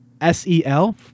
S-E-L